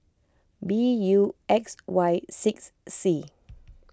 B U X Y six C